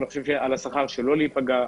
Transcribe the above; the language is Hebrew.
אסור שהשכר ייפגע,